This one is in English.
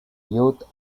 youth